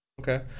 Okay